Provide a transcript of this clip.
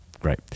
great